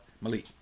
Malik